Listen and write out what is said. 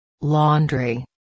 Laundry